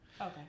Okay